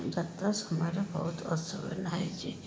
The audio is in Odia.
ଯାତ୍ରା ସମୟରେ ବହୁତ ଅସୁବିଧା ହେଇଛି